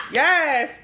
yes